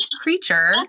creature